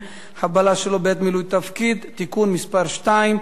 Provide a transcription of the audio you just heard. (חבלה שלא בעת מילוי תפקיד) (תיקון מס' 2),